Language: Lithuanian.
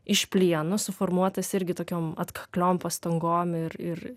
iš plieno suformuotas irgi tokiom atkakliom pastangom ir ir